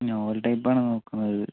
novel type ആണ് നോക്കുന്നത്